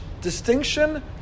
distinction